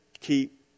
keep